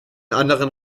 anderen